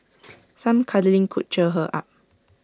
some cuddling could cheer her up